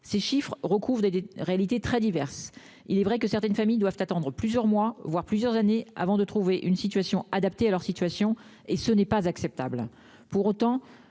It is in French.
Ces chiffres recouvrent des réalités très diverses. Il est vrai que certaines familles doivent attendre plusieurs mois, voire plusieurs années avant de trouver une situation adaptée. Ce n'est pas acceptable. Pour autant,